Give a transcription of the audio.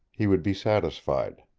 he would be satisfied.